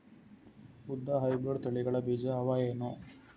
ಉದ್ದ ಹೈಬ್ರಿಡ್ ತಳಿಗಳ ಬೀಜ ಅವ ಏನು?